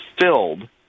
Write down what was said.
filled